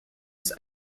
was